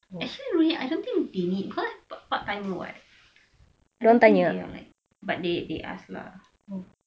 actually I don't think they need cause pa~ part time [what] I don't think they are like but they ask lah